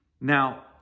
now